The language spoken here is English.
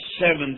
seventh